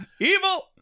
Evil